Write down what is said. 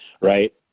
right